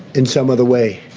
in some other way.